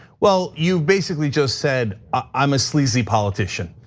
well, you basically just said, i'm a sleazy politician,